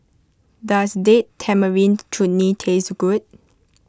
does Date Tamarind Chutney tastes good